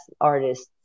artists